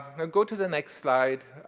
now, go to the next slide.